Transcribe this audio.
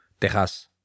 Texas